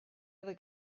other